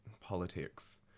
politics